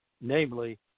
Namely